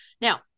Now